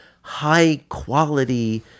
high-quality